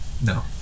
No